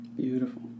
Beautiful